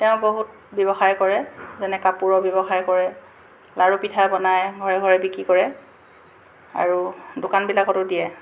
তেওঁ বহুত ব্য়ৱসায় কৰে যেনে কাপোৰৰ ব্য়ৱসায় কৰে লাড়ু পিঠা বনাই ঘৰে ঘৰে বিক্ৰী কৰে আৰু দোকান বিলাকতো দিয়ে